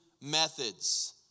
methods